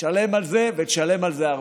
תשלם על זה ותשלם על זה הרבה?